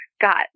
got